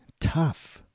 tough